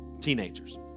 teenagers